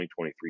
2023